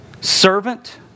servant